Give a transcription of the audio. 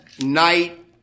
night